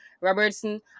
Robertson